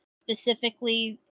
Specifically